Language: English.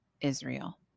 Israel